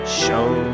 show